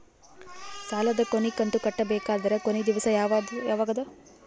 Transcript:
ಸಾಲದ ಕೊನಿ ಕಂತು ಕಟ್ಟಬೇಕಾದರ ಕೊನಿ ದಿವಸ ಯಾವಗದ?